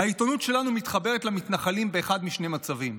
"העיתונות שלנו מתחברת למתנחלים באחד משני מצבים: